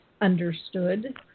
understood